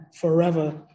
forever